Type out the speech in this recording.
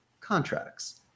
contracts